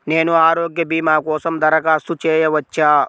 నేను ఆరోగ్య భీమా కోసం దరఖాస్తు చేయవచ్చా?